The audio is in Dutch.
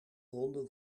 ronde